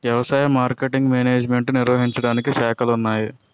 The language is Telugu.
వ్యవసాయ మార్కెటింగ్ మేనేజ్మెంటు నిర్వహించడానికి శాఖలున్నాయి